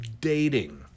dating